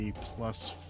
plus